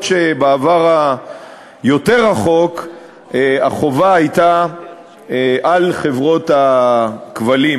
אף-על-פי שבעבר היותר-רחוק החובה הייתה על חברות הכבלים,